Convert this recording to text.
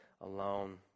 alone